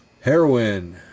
heroin